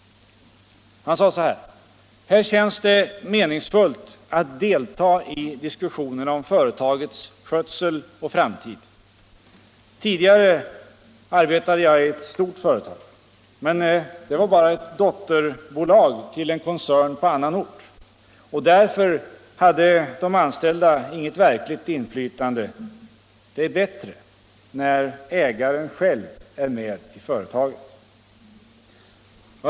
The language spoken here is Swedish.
Han sade: Här känns det meningsfullt att delta i diskussionerna om företagets skötsel och framtid. Tidigare arbetade jag i ett stort företag, men det var bara ett dotterbolag till en koncern på annan ort, och därför hade de anställda inget verkligt inflytande. Det är bättre när ägaren själv är med i företagen.